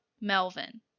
Melvin